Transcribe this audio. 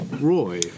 Roy